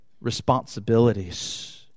responsibilities